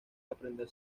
aprender